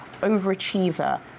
overachiever